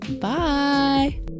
Bye